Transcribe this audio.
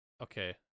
okay